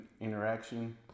interaction